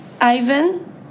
Ivan